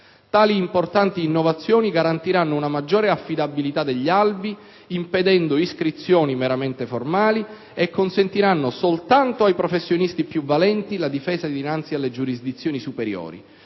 Tali importanti innovazioni garantiranno una maggiore affidabilità degli albi, impedendo iscrizioni meramente formali e consentiranno soltanto ai professionisti più valenti la difesa dinanzi alle giurisdizioni superiori,